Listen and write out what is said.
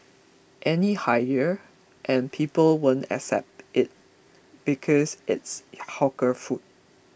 any higher and people won't accept it because it's hawker food